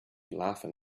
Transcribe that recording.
laughing